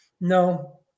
No